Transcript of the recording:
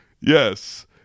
Yes